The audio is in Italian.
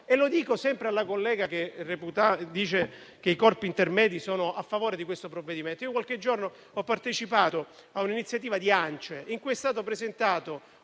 Lo dico sempre alla collega che sostiene che i corpi intermedi sono a favore di questo provvedimento. Qualche giorno fa ho partecipato a un'iniziativa dell'ANCE, in cui è stato presentato